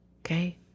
okay